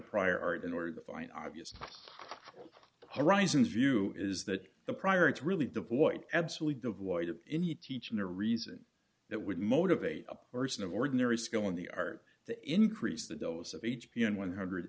prior art in order to find obvious horizons view is that the prior it's really deployed absolutely devoid of any teaching or reason that would motivate a force in ordinary skill in the art to increase the dose of h p n one hundred